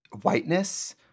whiteness